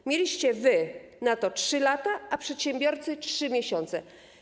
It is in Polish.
Wy mieliście na to 3 lata, a przedsiębiorcy 3 miesiące.